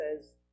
says